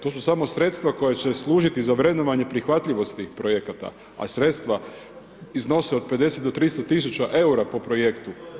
To su samo sredstva koja će služiti za vrednovanje prihvatljivosti projekata a sredstva iznose od 50 do 300 000 eura po projektu.